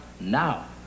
now